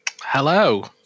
Hello